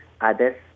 others